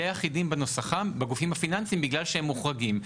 די אחידים בנוסחם בגופים הפיננסים בגלל שהם מוחרגים,